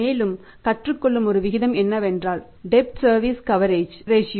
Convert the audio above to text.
மேலும் கற்றுக்கொள்ளும் ஒரு விகிதம் என்னவென்றால் டெட் சர்வீஸ் கவரேஜ் ரேஸ்யோ